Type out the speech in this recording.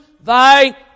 thy